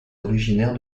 originaire